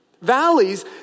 Valleys